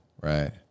Right